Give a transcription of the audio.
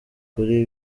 kuri